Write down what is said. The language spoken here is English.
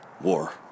war